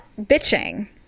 bitching